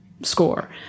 score